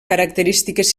característiques